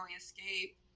Escape